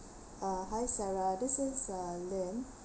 uh hi sarah this is uh lynn